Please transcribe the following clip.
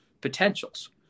potentials